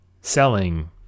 selling